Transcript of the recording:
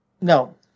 No